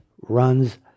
runs